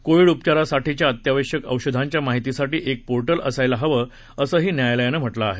Covid उपचारासाठीच्या अत्यावश्यक औषधांच्या माहितीसाठी एक पोर्टल असायला हवे असेही न्यायालयानं म्हटलं आहे